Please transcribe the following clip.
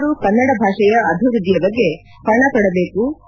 ಎಲ್ಲರೂ ಕನ್ನಡ ಭಾಷೆಯ ಅಭಿವೃದ್ಧಿಯ ಬಗ್ಗೆ ಪಣತೊಡಬೇಕು